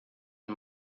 een